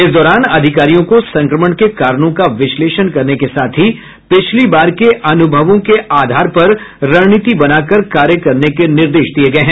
इस दौरान अधिकारियों को संक्रमण के कारणों का विशलेषण करने के साथ ही पिछली बार के अनुभवों के आधार पर रणनीति बनाकर कार्य करने के निर्देश दिये गये हैं